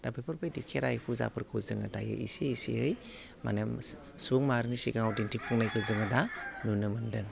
दा बेफोर बायदि खेराय फुजाफोरखौ जोङो दायो एसे एसेयै माने सुबुं माहारिनि सिगाङाव दिन्थिफुंनायखौ जोङो दा नुनो मोनदों